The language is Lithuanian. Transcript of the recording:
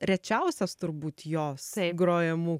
rečiausias turbūt jos grojamų